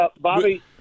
Bobby